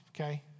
okay